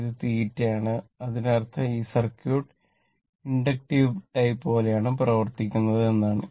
ഇത് θ ആണ് അതിനർത്ഥം ഈ സർക്യൂട്ട് ഇൻഡക്റ്റീവ് ടൈപ്പ് പോലെയാണ് പ്രവർത്തിക്കുന്നത് എന്നാണ്